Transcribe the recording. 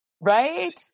Right